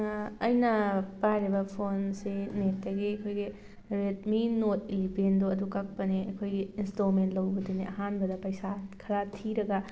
ꯑꯩꯅ ꯄꯥꯏꯔꯤꯕ ꯐꯣꯟꯁꯤ ꯅꯦꯠꯇꯒꯤ ꯑꯩꯈꯣꯏꯒꯤ ꯔꯦꯗꯃꯤ ꯅꯣꯠ ꯏꯂꯦꯕꯦꯟꯗꯣ ꯑꯗꯨ ꯀꯛꯄꯅꯦ ꯑꯩꯈꯣꯏꯒꯤ ꯏꯟꯁꯇꯣꯜꯃꯦꯟ ꯂꯧꯕꯗꯨꯅꯦ ꯑꯍꯥꯟꯕꯗ ꯄꯩꯁꯥ ꯈꯔ ꯊꯤꯔꯒ